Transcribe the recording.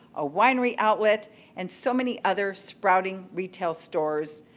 a winery outlet and so many other sprouting retail stores.